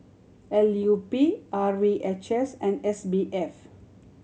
L U P R V H S and S B F